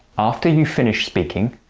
after you finish speaking,